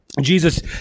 Jesus